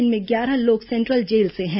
इनमें ग्यारह लोग सेंट्रल जेल से हैं